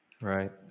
Right